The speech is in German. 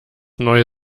neue